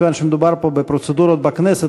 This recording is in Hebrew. מכיוון שמדובר פה בפרוצדורות בכנסת,